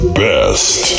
best